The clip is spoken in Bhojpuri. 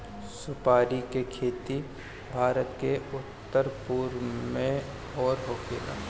सुपारी के खेती भारत के उत्तर पूरब के ओर होखेला